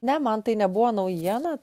ne man tai nebuvo naujiena